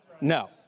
No